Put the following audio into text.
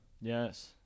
Yes